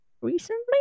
recently